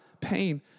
Pain